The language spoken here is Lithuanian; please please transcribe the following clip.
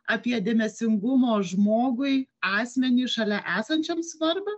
apie dėmesingumo žmogui asmeniui šalia esančiam svarbą